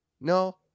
No